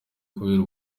kubera